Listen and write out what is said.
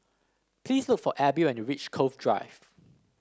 please look for Abby when you reach Cove Drive